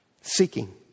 Seeking